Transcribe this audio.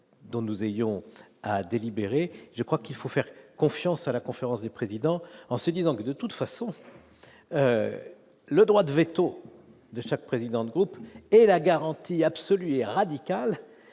dont nous ayons à délibérer, je crois qu'il faut faire confiance à la conférence des présidents en se disant que de toute façon le droit de véto de chaque président de groupe et la garantie absolue et radicale